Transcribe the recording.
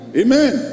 amen